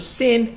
sin